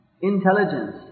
Intelligence